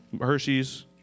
Hershey's